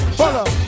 follow